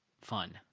fun